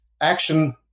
action